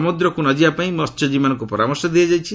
ସମୁଦ୍ରକୁ ନ ଯିବାପାଇଁ ମହ୍ୟଜୀବୀମାନଙ୍କୁ ପରାମର୍ଶ ଦିଆଯାଇଛି